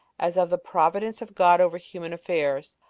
as of the providence of god over human affairs,